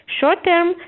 Short-term